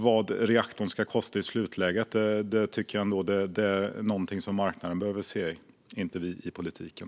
Vad reaktorn ska kosta i slutläget är en fråga för marknaden, inte för oss i politiken.